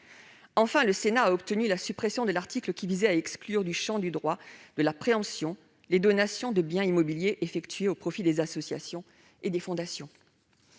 Enfin, le Sénat a obtenu la suppression de l'article qui visait à exclure du champ du droit de la préemption les donations de biens immobiliers effectuées au profit des associations et des fondations.